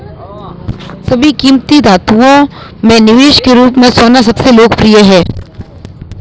सभी कीमती धातुओं में निवेश के रूप में सोना सबसे लोकप्रिय है